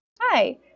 Hi